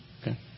Okay